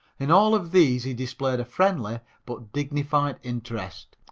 in all of these he displayed a friendly but dignified interest,